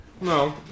No